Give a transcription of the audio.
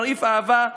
מרעיף אהבה.